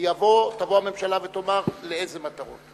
תבוא הממשלה ותאמר לאילו מטרות.